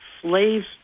slaves